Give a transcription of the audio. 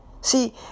See